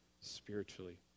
spiritually